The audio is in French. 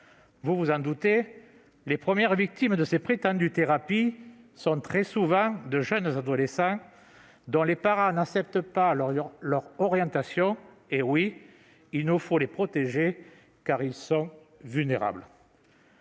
Vous vous en doutez, les premières victimes de ces prétendues thérapies sont très souvent de jeunes adolescents dont les parents n'acceptent pas l'orientation. Oui, il nous faut les protéger, car ils sont vulnérables.